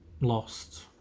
lost